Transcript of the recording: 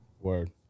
Word